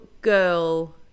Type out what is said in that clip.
girl